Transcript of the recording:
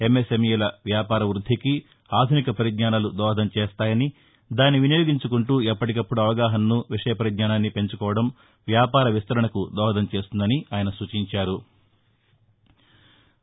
ఎంఎస్ఎంఈల వ్యాపార వృద్ధికి ఆధునిక పరిజ్ఞానాలు దోహదం చేస్తాయని దాన్ని వినియోగించుకుంటూ ఎప్పటికప్పుడు అవగాహనను విషయ పరిజ్ఞానాన్ని పెంచుకోవటం వ్యాపార విస్తరణకు దోహదం చేస్తుందని ఆయన సూచించారు